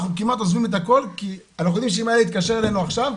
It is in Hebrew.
אנחנו כמעט עוזבים את הכל כי אנחנו יודעים שאם הילד התקשר אלינו עכשיו,